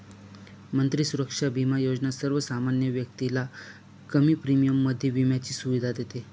मंत्री सुरक्षा बिमा योजना सर्वसामान्य व्यक्तीला कमी प्रीमियम मध्ये विम्याची सुविधा देते